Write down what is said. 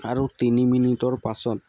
আৰু তিনি মিনিটৰ পাছত